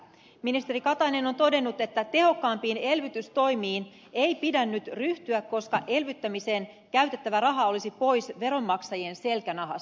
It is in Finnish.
ministeri katainen on todennut että tehokkaampiin elvytystoimiin ei pidä nyt ryhtyä koska elvyttämiseen käytettävä raha olisi pois veronmaksajien selkänahasta